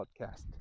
podcast